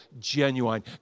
Genuine